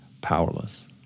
powerless